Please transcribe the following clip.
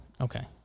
Okay